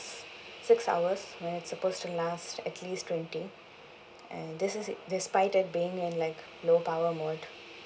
six hours when it's supposed to last at least twenty and this is despite it being in like low power mode